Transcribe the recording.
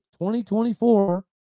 2024